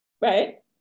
right